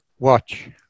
Watch